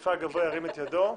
חילופי האישים שירים את ידו.